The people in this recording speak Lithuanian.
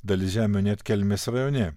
dalis žemių net kelmės rajone